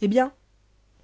eh bien